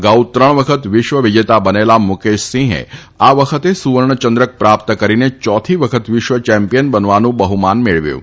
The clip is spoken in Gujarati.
અગાઉ ત્રણ વખત વિશ્વવિજેતા બનેલા મુકેશસિંહે આ વખતે સુવર્ણચંદ્રક પ્રાપ્ત કરીને ચોથી વખત વિશ્વ ચેમ્પીયન બનવાનું બહુમાન મેળવ્યું છે